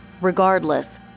Regardless